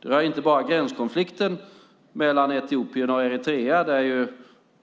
Det handlar inte bara om gränskonflikten mellan Etiopien och Eritrea, där